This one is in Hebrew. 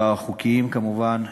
והחוקיים כמובן.